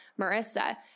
Marissa